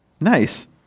nice